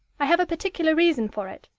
i have a particular reason for it.